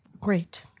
Great